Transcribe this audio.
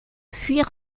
fuir